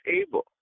able